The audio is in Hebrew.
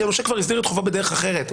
כי הנושה כבר הסדיר את חובו בדרך אחרת,